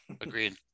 agreed